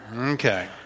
Okay